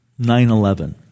9-11